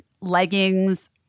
leggings